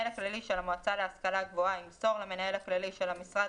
המנהל הכללי של המועצה להשכלה גבוהה ימסור למנהל הכללי של המשרד